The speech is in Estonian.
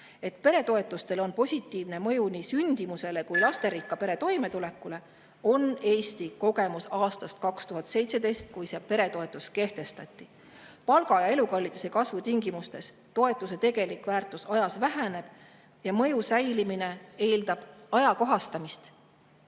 peretoetustel on positiivne mõju nii sündimusele kui lasterikka pere toimetulekule, on Eesti kogemus aastast 2017, kui see peretoetus kehtestati. Palga ja elukalliduse kasvu tingimustes toetuse tegelik väärtus ajas väheneb ja mõju säilimine eeldab ajakohastamist.